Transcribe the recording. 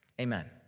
Amen